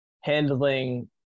handling